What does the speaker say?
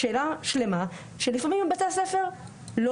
שאלה שלמה שלפעמים בתי הספר לא